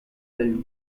del